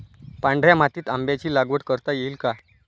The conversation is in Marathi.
पांढऱ्या मातीत आंब्याची लागवड करता येईल का?